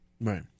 Right